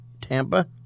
Tampa